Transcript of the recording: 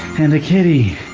and a kitty!